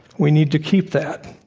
we need to keep that.